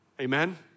Amen